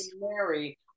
Mary